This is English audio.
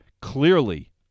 clearly